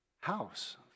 house